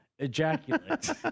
Ejaculate